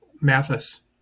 Mathis